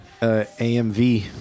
AMV